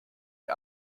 die